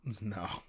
No